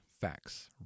facts